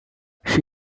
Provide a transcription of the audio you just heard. she